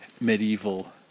medieval